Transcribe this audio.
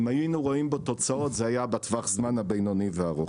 אם היינו רואים בו תוצאות זה היה בטווח הזמן הבינוני והארוך.